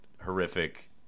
horrific